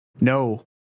No